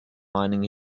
mining